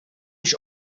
již